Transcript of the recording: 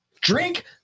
Drink